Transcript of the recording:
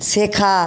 শেখা